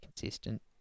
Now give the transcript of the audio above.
consistent